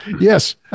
Yes